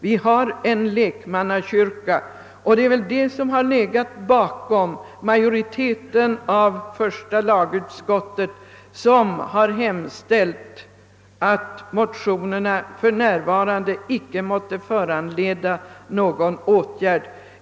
Vi har en lekmannakyrka, och det är väl detta som legat till grund, när majoriteten av första lagutskottet hemställt att motionerna för närvarande icke måtte föranleda någon åtgärd.